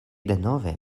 denove